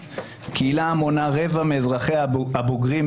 אז מן הראוי לשמוע את הקורבנות